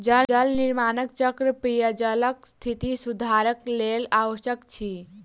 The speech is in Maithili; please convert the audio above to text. जल निर्माण चक्र पेयजलक स्थिति सुधारक लेल आवश्यक अछि